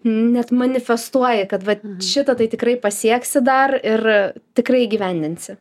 net manifestuoji kad vat šitą tai tikrai pasieksi dar ir tikrai įgyvendinsi